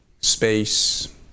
space